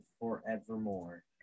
forevermore